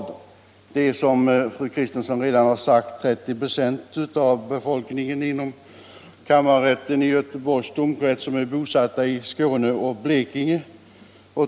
Fru Kristensson har redan påpekat att ca 30 96 av befolkningen inom kammarrättens i Göteborgs domkrets är bosatta i Skåne och Blekinge.